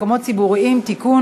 מכשירי החייאה במקומות ציבוריים (תיקון),